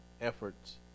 efforts